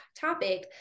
topic